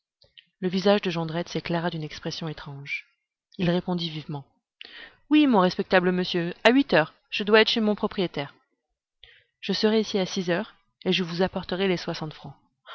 le visage de jondrette s'éclaira d'une expression étrange il répondit vivement oui mon respectable monsieur à huit heures je dois être chez mon propriétaire je serai ici à six heures et je vous apporterai les soixante francs